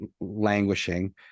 languishing